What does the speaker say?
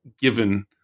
given